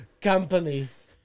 companies